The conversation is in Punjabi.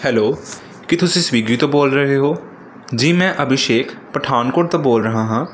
ਹੈਲੋ ਕੀ ਤੁਸੀਂ ਸਵੀਗੀ ਤੋਂ ਬੋਲ ਰਹੇ ਹੋ ਜੀ ਮੈਂ ਅਭਿਸ਼ੇਕ ਪਠਾਨਕੋਟ ਤੋਂ ਬੋਲ ਰਿਹਾ ਹਾਂ